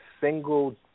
single